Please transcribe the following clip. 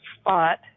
spot